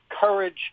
courage